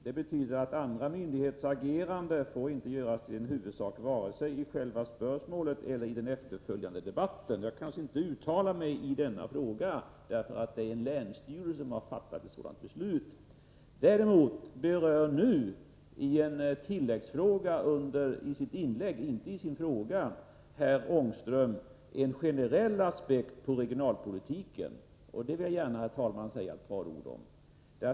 Det betyder att enskilda myndigheters agerande inte får göras till en huvudfråga, varken i själva spörsmålet eller i den efterföljande debatten. Jag kan således inte uttala mig i denna fråga, eftersom det är en länsstyrelse som har fattat det aktuella beslutet. I en tilläggsfråga i sitt inlägg berör emellertid herr Ångström en generell aspekt på regionalpolitiken, och den vill jag gärna, herr talman, säga ett par ord om.